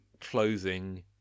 clothing